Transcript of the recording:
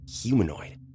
humanoid